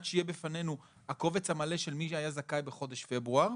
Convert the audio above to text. שיהיה בפנינו הקובץ המלא של מי שהיה זכאי בחודש פברואר.